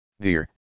Dear